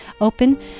open